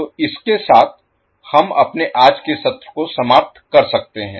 तो इसके साथ हम अपने आज के सत्र को समाप्त कर सकते हैं